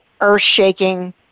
earth-shaking